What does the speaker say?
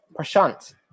Prashant